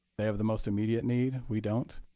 they have the most immediate need. we don't.